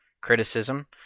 criticism